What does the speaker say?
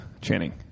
Channing